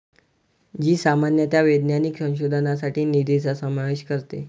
जी सामान्यतः वैज्ञानिक संशोधनासाठी निधीचा समावेश करते